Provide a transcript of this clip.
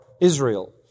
Israel